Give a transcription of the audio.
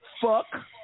fuck